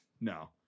no